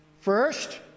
First